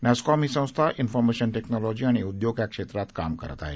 नॅस्कॉम ही संस्था information technology आणि उद्योग या क्षेत्रात काम करत आहे